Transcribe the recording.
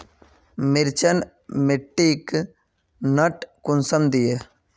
मिर्चान मिट्टीक टन कुंसम दिए?